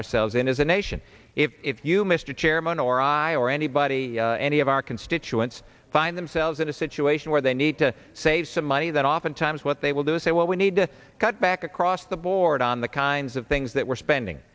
ourselves in as a nation if you mr chairman or i or anybody any of our constituents find themselves in a situation where they need to save some money that oftentimes what they will do is say well we need to cut back across the board on the kinds of things that we're spending